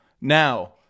now